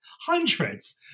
hundreds